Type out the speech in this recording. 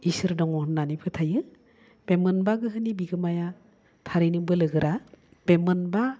इसोर दङ होननानै फोथायो बे मोनबा गोहोनि बिगोमाया थारैनो बोलो गोरा बे मोनबा